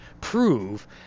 prove